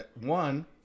One